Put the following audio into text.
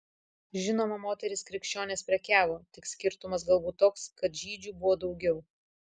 žinoma moterys krikščionės prekiavo tik skirtumas galbūt toks kad žydžių buvo daugiau